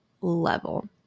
level